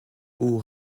haut